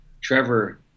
Trevor